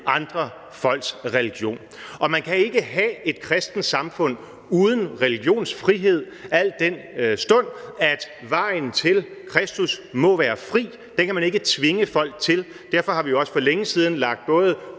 andre folks religion, og man kan ikke have et kristent samfund uden religionsfrihed, al den stund at vejen til Kristus må være fri. Den kan man ikke tvinge folk til. Derfor har vi jo også for længe siden lagt både